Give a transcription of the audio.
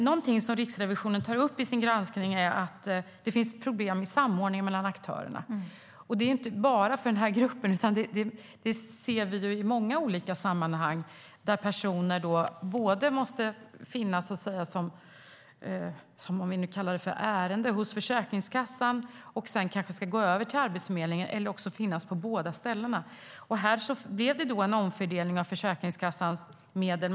Någonting som Riksrevisionen tar upp i sin granskning är att det finns problem i samordningen mellan aktörerna. Det gäller inte bara för den här gruppen, utan vi ser det i många olika sammanhang där personer måste finnas som ärenden först hos Försäkringskassan, om vi nu kallar det så, för att sedan gå över till Arbetsförmedlingen. Ibland finns man på båda ställena. Här blev det en omfördelning av Försäkringskassans medel.